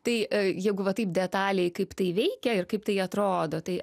tai jeigu va taip detaliai kaip tai veikia ir kaip tai atrodo tai